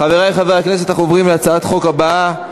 חברי חברי הכנסת, אנחנו עוברים להצעת החוק הבאה: